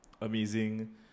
amazing